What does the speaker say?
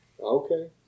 Okay